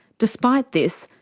despite this,